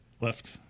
Left